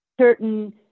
certain